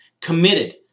committed